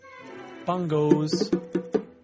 bongos